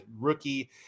rookie